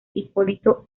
hipólito